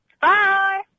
Bye